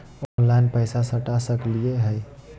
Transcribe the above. Online पैसा सटा सकलिय है?